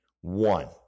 One